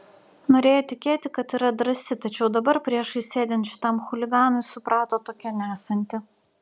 norėjo tikėti kad yra drąsi tačiau dabar priešais sėdint šitam chuliganui suprato tokia nesanti